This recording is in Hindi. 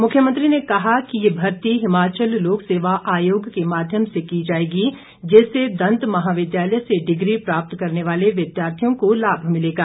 मुख्यमंत्री ने कहा ये भर्ती हिमाचल लोक सेवा आयोग के माध्यम से की जाएगी जिससे दंत महाविद्यालय से डिग्री प्राप्त करने वाले विद्यार्थियों को लाभ मिलेगा